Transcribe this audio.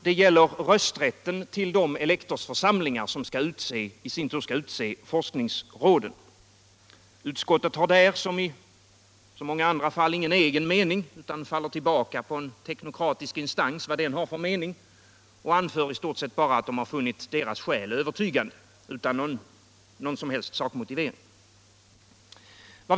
Det gäller rösträtten vid val till de elektorsförsamlingar, som i sin tur skall utse forskningsråden. Utskottet har där som i så många andra frågor ingen egen mening utan faller tillbaka på en mening som hyses av en teknokratisk instans. Utskottet anför i stort sett bara att det finner dennas skäl övertygande, utan några som helst sakmotiveringar.